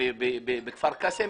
ובכפר קאסם,